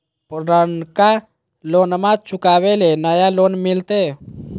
पुर्नका लोनमा चुकाबे ले नया लोन मिलते?